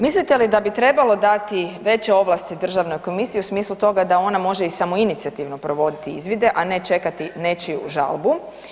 Mislite li da bi trebalo dati veće ovlasti državnoj komisiji u smislu toga da ona može i samoinicijativno provoditi izvide, a ne čekati nečiju žalbu?